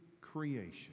creation